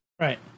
Right